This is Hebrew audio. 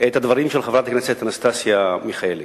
את הדברים של חברת הכנסת אנסטסיה מיכאלי.